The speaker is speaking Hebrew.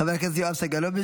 חבר הכנסת יואב סגלוביץ,